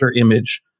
image